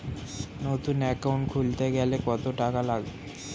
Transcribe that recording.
নতুন একাউন্ট খুলতে গেলে কত টাকা লাগবে?